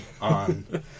on